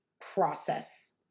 process